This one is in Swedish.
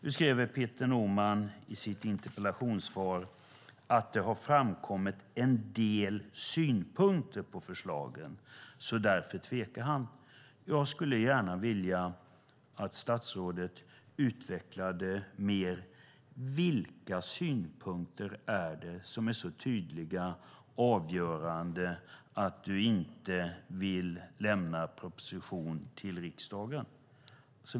I sitt interpellationssvar skriver Peter Norman att det har framkommit en del synpunkter på förslagen, och därför tvekar han. Jag skulle vilja att statsrådet utvecklar vilka synpunkter som är så tydliga och avgörande att han inte vill lämna en proposition till riksdagen.